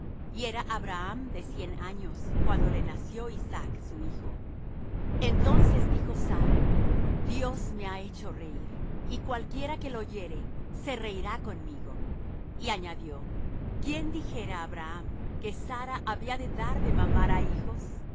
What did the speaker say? y era abraham de cien años cuando le nació isaac su hijo entonces dijo sara dios me ha hecho reir y cualquiera que lo oyere se reirá conmigo y añadió quién dijera á abraham que sara había de dar de mamar á hijos